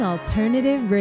Alternative